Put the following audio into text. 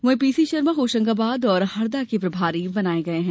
वहीं पीसी शर्मा होशंगाबाद और हरदा के प्रभारी बनाये गये हैं